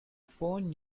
phone